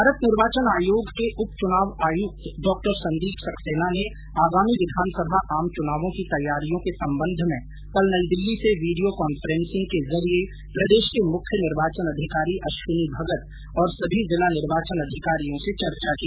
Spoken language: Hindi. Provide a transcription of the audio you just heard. भारत निर्वाचन आयोग के उप चुनाव आयुक्त डॉ संदीप संक्सेना ने आगामी विधानसभा आम चुनावों की तैयारियों के संबंध में कल नई दिल्ली से वीडियो कॉन्फ्रेंसिंग के जरिए प्रदेश के मुख्य निर्वाचन अधिकारी अश्विनी भगत और सभी जिला निर्वाचन अधिकारियों से चर्चा की